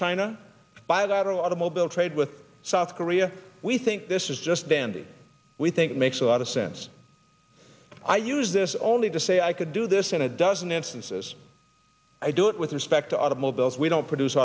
china bilateral automobile trade with south korea we think this is just dandy we think makes a lot of sense i use this only to say i could do this in a dozen instances i do it with respect to automobiles we don't produce